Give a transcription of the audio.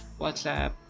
whatsapp